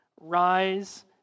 rise